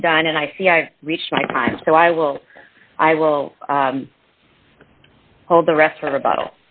i'm done and i see i've reached my time so i will i will hold the rest of the bottle